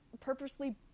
purposely